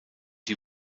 die